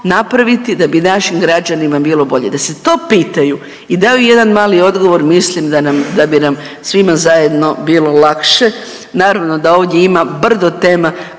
napraviti da bi našim građanima bilo bolje. Da se to pitaju i daju jedan mali odgovor mislim da bi nam svima zajedno bilo lakše. Naravno da ovdje ima brdo tema